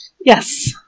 Yes